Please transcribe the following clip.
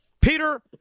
peter